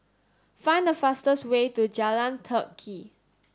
find the fastest way to Jalan Teck Kee